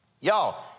Y'all